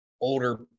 older